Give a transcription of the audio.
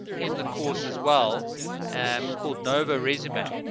and in the course as well um called nova resume